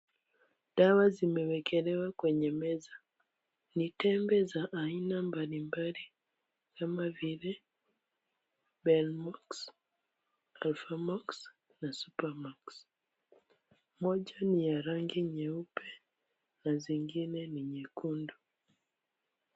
Dawa zimewekelewa kwenye meza, ni tembe za aina mbalimbali kama vile Benmox, alphamox na Supamax. Moja ni ya rangi nyeupe na zingine ni nyekundu.